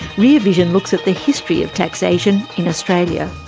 rear vision looks at the history of taxation in australia.